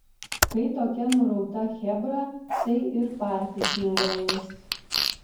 kai tokia nurauta chebra tai ir partis nerealus